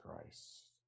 Christ